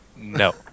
No